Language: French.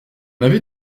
avait